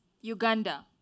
Uganda